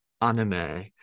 anime